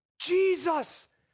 Jesus